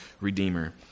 redeemer